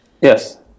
yes